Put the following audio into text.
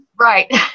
Right